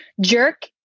Jerk